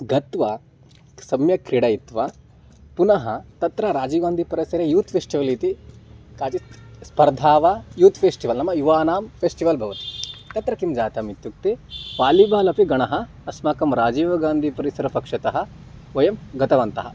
गत्वा सम्यक् क्रीडयित्वा पुनः तत्र राजीवगान्धीपरिसरे युत् फ़ेश्टिवल् इति काचित् स्पर्धा वा युत् फ़ेश्टिवल् नाम युवानां फ़ेश्टिवल् भवति तत्र किं जातम् इत्युक्ते वालिबालपि गणः अस्माकं राजीवगान्धीपरिसरपक्षतः वयं गतवन्तः